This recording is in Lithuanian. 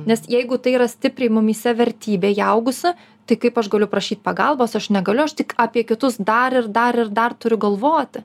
nes jeigu tai yra stipriai mumyse vertybė įaugusi tai kaip aš galiu prašyt pagalbos aš negaliu aš tik apie kitus dar ir dar ir dar turiu galvoti